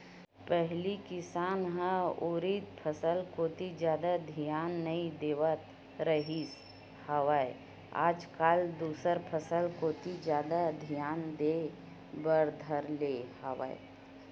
पहिली किसान ह उरिद फसल कोती जादा धियान नइ देवत रिहिस हवय आज कल दूसर फसल कोती जादा धियान देय बर धर ले हवय